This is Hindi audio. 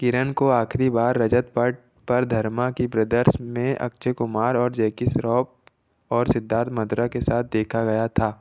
किरण को आखिरी बार रजत पट पर धर्मा की ब्रदर्स में अक्षय कुमार और जैकी श्रॉफ और सिद्धार्थ मद्रा के साथ देखा गया था